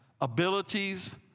abilities